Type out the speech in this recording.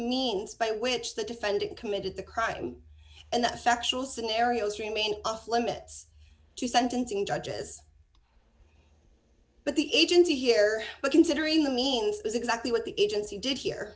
means by which the defendant committed the crime and that factual scenarios remain off limits to sentencing judges but the agency here but considering the means is exactly what the agency did here